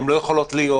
הן לא יכולות להיות,